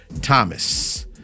Thomas